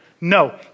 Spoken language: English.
No